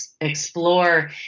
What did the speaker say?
explore